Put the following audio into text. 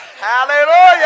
Hallelujah